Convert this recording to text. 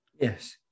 Yes